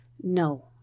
No